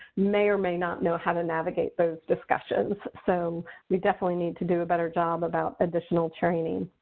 may or may not know how to navigate those discussions. so we definitely need to do a better job about additional training.